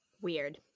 Weird